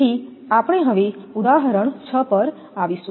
તેથી આપણે હવે ઉદાહરણ 6 પર આવીશું